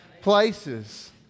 places